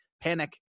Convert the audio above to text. panic